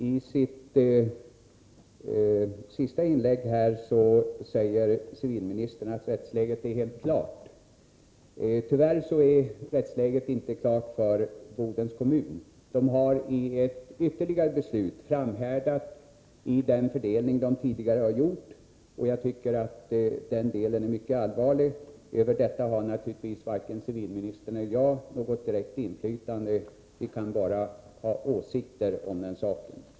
Herr talman! I sitt senaste inlägg säger civilministern att rättsläget är helt klart. Tyvärr är rättsläget inte klart för Bodens kommun, som i ett ytterligare beslut har framhärdat i den fördelning som tidigare gjorts. Jag tycker att det är mycket allvarligt. Över detta har givetvis varken civilministern eller jag något direkt inflytande. Vi kan bara ha åsikter om den saken.